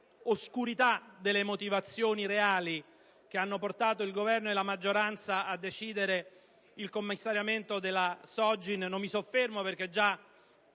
oscurità delle reali motivazioni che hanno portato il Governo e la maggioranza a decidere il commissariamento della Sogin non mi soffermo, perché già